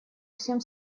всем